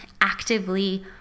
actively